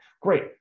great